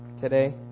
today